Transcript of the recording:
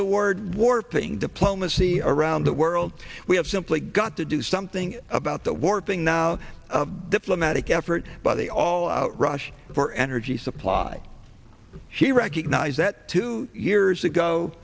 the word warping diplomacy around the world we have simply got to do something about the war thing now diplomatic effort by the all out rush for energy supply she recognizes that two years ago